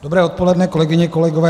Dobré odpoledne, kolegyně, kolegové.